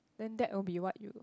then that will be what you